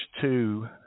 two